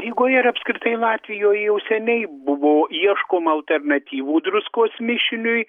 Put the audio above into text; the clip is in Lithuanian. rygoj ir apskritai latvijoj jau senai buvo ieškoma alternatyvų druskos mišiniui